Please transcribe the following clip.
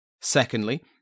Secondly